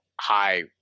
high